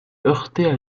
heurtaient